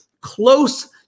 close